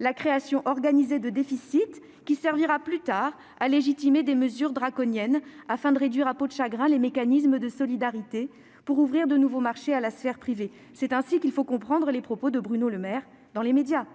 la création organisée de déficits qui servira, plus tard, à légitimer des mesures draconiennes afin de réduire à peau de chagrin les mécanismes de solidarité et d'ouvrir de nouveaux marchés à la sphère privée. C'est ainsi qu'il faut comprendre les propos de Bruno Le Maire dans les médias